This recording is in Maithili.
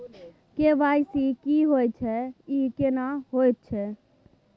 के.वाई.सी की होय छै, ई केना होयत छै?